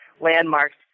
landmarks